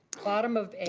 bottom of a.